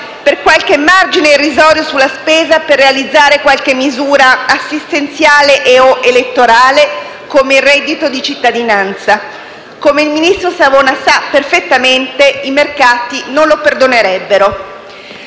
per qualche margine irrisorio sulla spesa per realizzare qualche misura assistenziale e/o elettorale, come il reddito di cittadinanza. Come il ministro Savona sa perfettamente, i mercati non lo perdonerebbero.